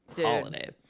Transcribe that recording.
holiday